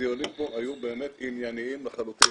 הדיונים פה היו באמת ענייניים לחלוטין,